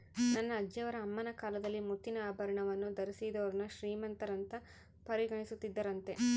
ನನ್ನ ಅಜ್ಜಿಯವರ ಅಮ್ಮನ ಕಾಲದಲ್ಲಿ ಮುತ್ತಿನ ಆಭರಣವನ್ನು ಧರಿಸಿದೋರ್ನ ಶ್ರೀಮಂತರಂತ ಪರಿಗಣಿಸುತ್ತಿದ್ದರಂತೆ